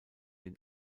den